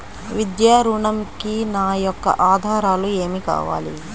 విద్యా ఋణంకి నా యొక్క ఆధారాలు ఏమి కావాలి?